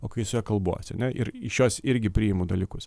o kai su ja kalbuosi ne ir iš jos irgi priimu dalykus